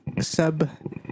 sub